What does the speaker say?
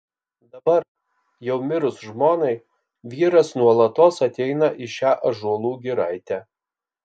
dabar jau mirus žmonai vyras nuolatos ateina į šią ąžuolų giraitę